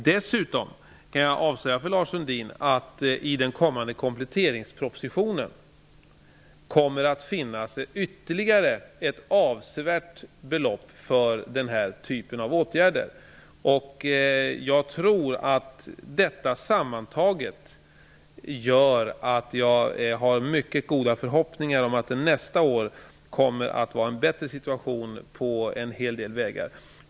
Dessutom kan jag avslöja för Lars Sundin att det i den kommande kompletteringspropositionen anvisas ytterligare ett avsevärt belopp för den här typen av åtgärder. Detta sammantaget gör att jag har mycket goda förhoppningar om att det nästa år kommer att vara en bättre situation på en hel del vägar.